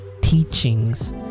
teachings